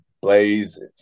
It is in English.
blaze